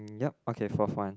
yup okay fourth one